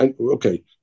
okay